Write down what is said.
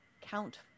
count